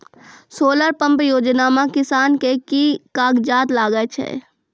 Solar pump योजना म किसान के की कागजात लागै छै?